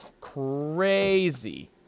crazy